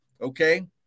Okay